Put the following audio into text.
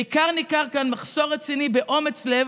בעיקר ניכר כאן מחסור רציני באומץ לב,